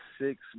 six